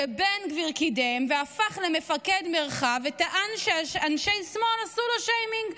שבן גביר קידם והפך למפקד מרחב וטען שאנשי שמאל עשו לו שיימינג,